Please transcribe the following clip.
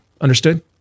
Understood